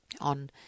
on